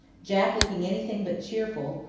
jack looking anything but cheerful,